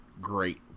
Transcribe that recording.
great